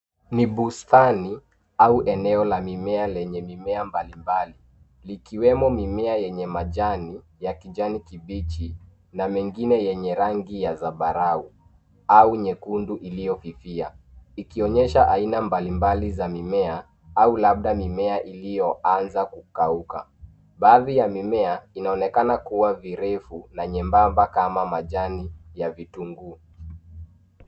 Ni bustani au eneo la mimea lenye mimea mbali mbali, likiwemo mimea yenye majani ya kijani kibichi na mengine yenye rangi ya zambarau au nyekundu iliyofifia, ikionyesha aina mbali mbali za mimea au labda mimea iliyoanza kukauka. Baadhi ya mimea inaonekana kuwa virefu na nyembamba kama majani ya vitunguu.